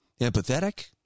empathetic